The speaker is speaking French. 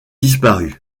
disparu